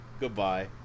Goodbye